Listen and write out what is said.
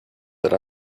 that